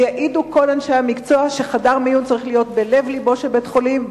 ויעידו כל אנשי המקצוע שחדר מיון צריך להיות בלב לבו של בית-חולים,